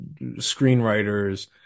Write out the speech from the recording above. screenwriters